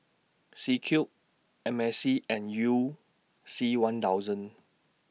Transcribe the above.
C Cube M A C and YOU C one thousand